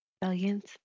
Brilliant